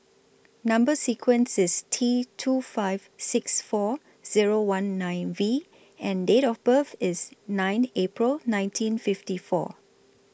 Number sequence IS T two five six four Zero one nine V and Date of birth IS nine April nineteen fifty four